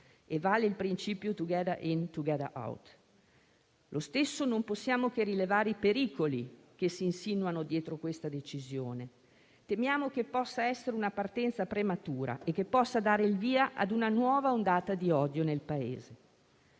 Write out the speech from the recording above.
e vale il principio "*together in, together out*". Allo stesso modo, non possiamo che rilevare i pericoli che si insinuano dietro questa decisione: temiamo che possa essere una partenza prematura e che possa dare il via a una nuova ondata di odio nel Paese.